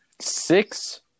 Six